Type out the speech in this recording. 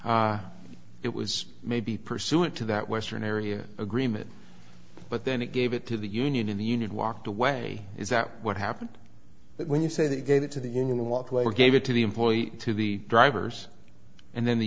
agreement it was maybe pursuant to that western area agreement but then it gave it to the union in the union walked away is that what happened when you say they gave it to the union and walked away or gave it to the employee to the drivers and then the